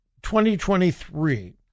2023